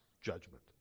judgment